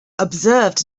observed